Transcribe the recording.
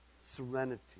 serenity